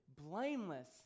blameless